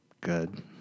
good